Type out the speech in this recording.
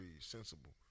sensible